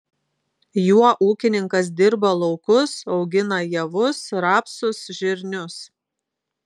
juo ūkininkas dirba laukus augina javus rapsus žirnius